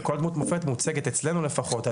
וכל דמות מופת מוצגת אצלנו לפחות,